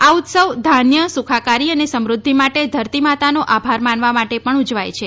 આ ઉત્સવ ધાન્ય સુખાકારી અને સમુદ્ધિ માટે ધરતીમાતાનો આભાર માનવા માટે પણ ઉજવાય છે